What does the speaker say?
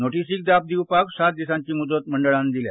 नोटिशीक जाप दिवपाक सात दिसांची मुजत मंडळान दिल्या